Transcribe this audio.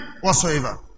whatsoever